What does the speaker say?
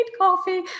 coffee